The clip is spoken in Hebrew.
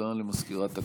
הודעה למזכירת הכנסת,